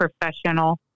professional